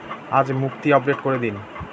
আজ মুক্তি আপডেট করে দিন